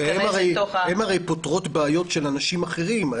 הן הרי פותרות בעיות של אנשים אחרים.